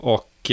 Och